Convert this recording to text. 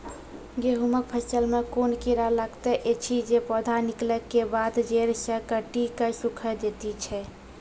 गेहूँमक फसल मे कून कीड़ा लागतै ऐछि जे पौधा निकलै केबाद जैर सऽ काटि कऽ सूखे दैति छै?